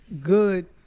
good